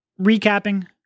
recapping